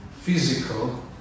physical